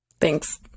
thanks